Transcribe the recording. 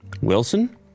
Wilson